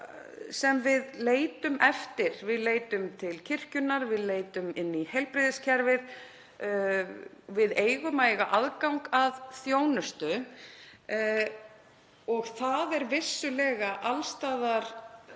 sem við leitum eftir. Við leitum til kirkjunnar, við leitum inn í heilbrigðiskerfið, við eigum að eiga aðgang að þjónustu. Það er vissulega alls staðar